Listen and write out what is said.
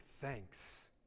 thanks